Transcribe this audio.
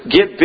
Get